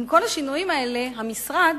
עם כל השינויים האלה משרד